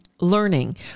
learning